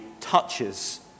touches